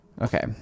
Okay